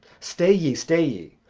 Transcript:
stay ye, stay ye,